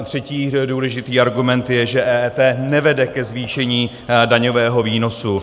Třetí důležitý argument je, že EET nevede ke zvýšení daňového výnosu.